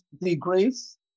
degrees